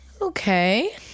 Okay